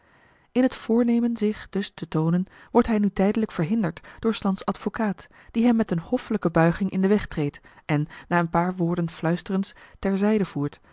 in het voornemen zich dus te toonen wordt hij nu tijdelijk verhinderd door s lands advocaat die hem met eene hoffelijke buiging in den weg treedt en na een paar woorden fluisterens ter zijde voert